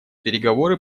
переговоры